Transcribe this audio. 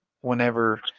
whenever